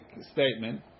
statement